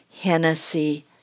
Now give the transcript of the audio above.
Hennessy